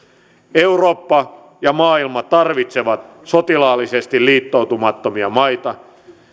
eurooppa ja maailma tarvitsevat sotilaallisesti liittoutumattomia maita